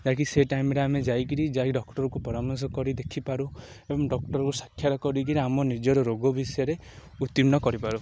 ଯାହାକି ସେ ଟାଇମ୍ରେ ଆମେ ଯାଇକିରି ଯାଇ ଡ଼କ୍ଟର୍କୁ ପରାମର୍ଶ କରି ଦେଖିପାରୁ ଏବଂ ଡ଼କ୍ଟର୍କୁ ସାକ୍ଷାତ କରିକିରି ଆମ ନିଜର ରୋଗ ବିଷୟରେ ଉତ୍ତୀର୍ଣ୍ଣ କରିପାରୁ